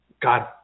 god